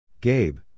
Gabe